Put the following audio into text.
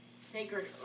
sacred